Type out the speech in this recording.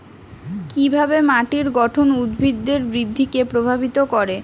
কিভাবে মাটির গঠন উদ্ভিদের বৃদ্ধিকে প্রভাবিত করে?